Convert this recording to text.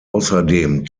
außerdem